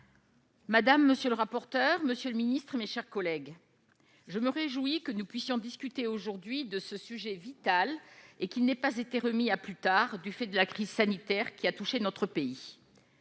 Madame, monsieur le rapporteur, monsieur le Ministre, mes chers collègues, je me réjouis que nous puissions discuter aujourd'hui de ce sujet vital, et qu'il n'ait pas été remis à plus tard, du fait de la crise sanitaire qui a touché notre pays,